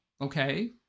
okay